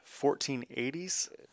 1480s